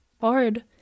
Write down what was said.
hard